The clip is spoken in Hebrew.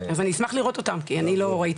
אז אני אשמח לראות אותם, כי אני לא ראיתי.